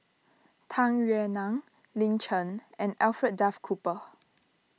Tung Yue Nang Lin Chen and Alfred Duff Cooper